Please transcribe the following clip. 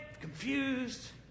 confused